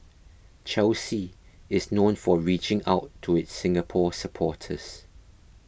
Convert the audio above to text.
Chelsea is known for reaching out to its Singapore supporters